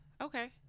Okay